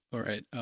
all right.